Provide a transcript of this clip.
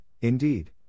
indeed